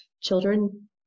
children